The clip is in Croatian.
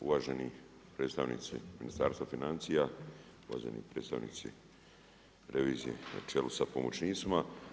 Uvaženi predstavnici Ministarstva financija, uvaženi predstavnici revizije na čelu sa pomoćnicima.